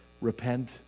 repent